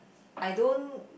I don't